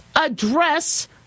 address